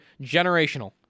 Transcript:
generational